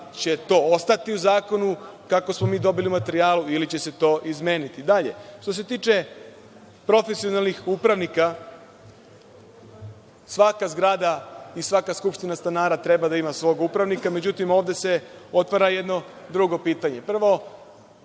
li će to ostati u zakonu, kako smo dobili u materijalu, ili će se to izmeniti? Što se tiče profesionalnih upravnika, svaka zgrada i svaka skupština stanara treba da ima svog upravnika, međutim, ovde se otvara jedno drugo pitanje.